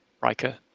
Riker